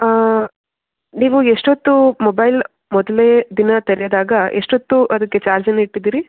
ನೀವು ಎಷ್ಟೊತ್ತು ಮೊಬೈಲ್ ಮೊದ್ಲ್ನೇ ದಿನ ತೆರೆದಾಗ ಎಷ್ಟೊತ್ತು ಅದಕ್ಕೆ ಚಾರ್ಜನ್ನು ಇಟ್ಟಿದ್ದಿರಿ